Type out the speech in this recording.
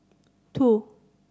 two